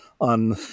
on